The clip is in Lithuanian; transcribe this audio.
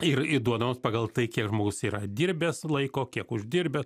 ir i duodamos pagal tai kiek žmogus yra dirbęs laiko kiek uždirbęs